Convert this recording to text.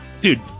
dude